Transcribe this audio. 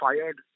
fired